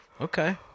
Okay